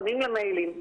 עונים למיילים.